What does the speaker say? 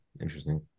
Interesting